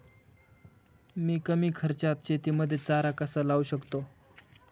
मी कमी खर्चात शेतीमध्ये चारा कसा लावू शकतो?